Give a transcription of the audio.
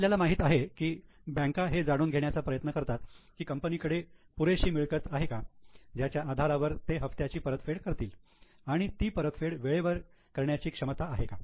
आपल्याला माहित आहे की बँका हे जाणून घेण्याचा प्रयत्न करतात की कंपनीकडे पुरेशी मिळकत आहे का ज्याच्या आधारावर ते हप्त्याची परतफेड करतील आणि ती परतफेड वेळेवर करण्याची क्षमता आहे का